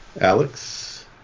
alex